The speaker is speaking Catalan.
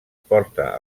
porta